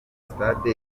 stade